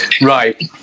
Right